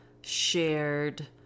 shared